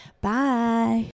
Bye